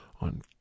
on